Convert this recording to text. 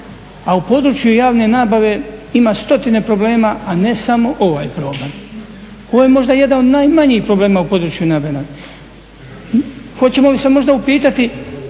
A u području javne nabave ima stotine problema a ne samo ovaj problem. Ovo je možda jedan od najmanjih problema u području javne nabave.